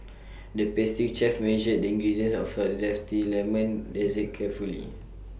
the pastry chef measured the ingredients of for A Zesty Lemon Dessert carefully